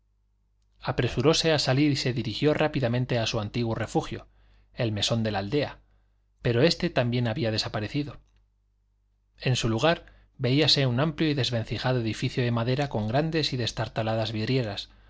salir y se dirigió rápidamente a su antiguo refugio el mesón de la aldea pero éste también había desaparecido en su lugar veíase un amplio y desvencijado edificio de madera con grandes y destartaladas vidrieras